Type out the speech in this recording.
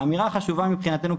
האמירה החשובה מבחינתנו,